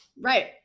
Right